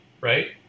right